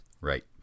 Right